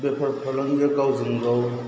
बेफार फालांगिया गावजों गाव